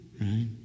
Right